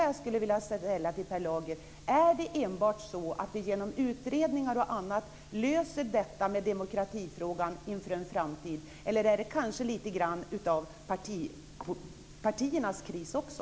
Jag skulle vilja ställa en fråga till Per Lager. Är det enbart genom utredningar och annat som vi löser demokratiproblemet inför en framtid, eller är detta kanske lite grann av partiernas kris också?